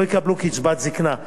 לא יקבלו קצבת זיקנה.